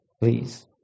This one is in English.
please